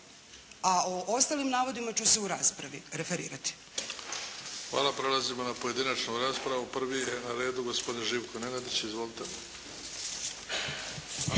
A ostalim navodima ću se u raspravi referirati. **Bebić, Luka (HDZ)** Hvala. Prelazimo na pojedinačnu raspravu. Prvi je na redu gospodin Živko Nenadić. Izvolite.